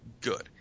good